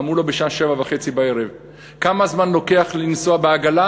אמרו לו: בשעה 19:30. כמה זמן לוקח לנסוע בעגלה?